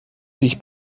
sich